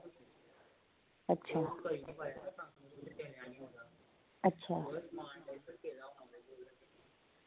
आं